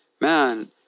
man